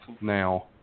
now